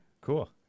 cool